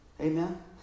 Amen